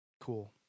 cool